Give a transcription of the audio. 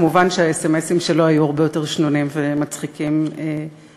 מובן שהסמ"סים שלו היו הרבה יותר שנונים ומצחיקים משלי.